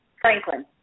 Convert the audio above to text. Franklin